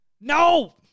no